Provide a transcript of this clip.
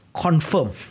confirm